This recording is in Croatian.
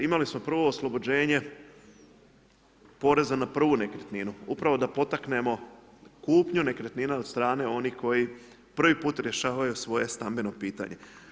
Imali smo prvo oslobođenje poreza na prvu nekretninu, upravo da potaknemo kupnju nekretnina od strane onih koji prvi put rješavaju svoje stambeno pitanje.